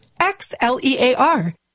X-L-E-A-R